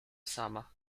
sama